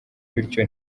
bityo